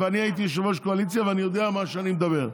ואני הייתי יושב-ראש קואליציה ואני יודע מה שאני מדבר.